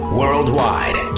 worldwide